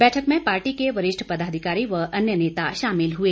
बैठक में पार्टी के वरिष्ठ पदाधिकारी व अन्य नेता शामिल हुए